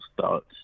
thoughts